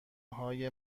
های